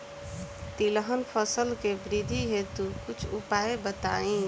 तिलहन फसल के वृद्धि हेतु कुछ उपाय बताई?